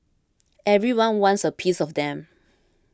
everyone wants a piece of them